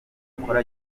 akora